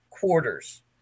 quarters